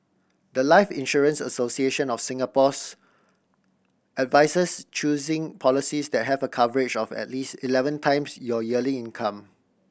the life Insurance Association of Singapore's advises choosing policies that have a coverage of at least eleven times your yearly income